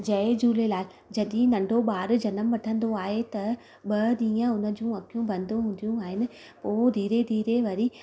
जय झूलेलाल जॾहिं नंढो ॿारु जनम वठंदो आहे त ॿ ॾींहं हुन जूं अख़ियूं बंदि हूंदियूं आहिनि पोइ धीरे धीरे वरी